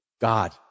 God